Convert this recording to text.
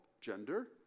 gender